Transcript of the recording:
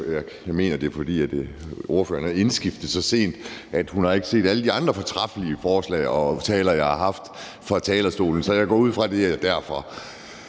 jeg mener, at det er, fordi ordføreren er indskiftet så sent, at hun ikke har set alle de andre fortræffelige forslag og taler, som jeg har haft på talerstolen. Så jeg går ud fra, at det er derfor.